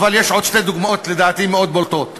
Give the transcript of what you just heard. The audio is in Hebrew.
אבל יש עוד שתי דוגמאות שלדעתי בולטות מאוד: